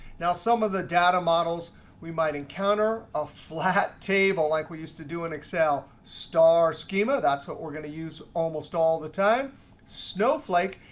now, some of the data models we might encounter. a flat table, like we used to do in excel star schema, that's what we're going to use almost all the time snow flake,